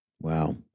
Wow